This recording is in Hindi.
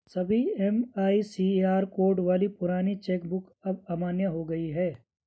सभी एम.आई.सी.आर कोड वाली पुरानी चेक बुक अब अमान्य हो गयी है